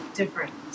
different